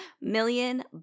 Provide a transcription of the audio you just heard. Million